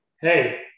hey